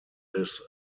this